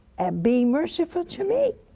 at being merciful to me.